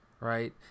right